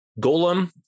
Golem